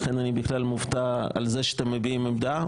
ולכן אני מופתע מזה שאתם מביעים עמדה,